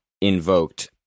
invoked